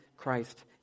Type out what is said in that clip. Christ